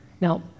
Now